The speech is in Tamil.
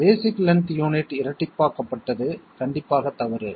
பேஸிக் லென்த் யூனிட் இரட்டிப்பாக்கப்பட்டது கண்டிப்பாக தவறு